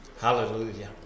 Hallelujah